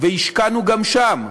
והשקענו גם שם,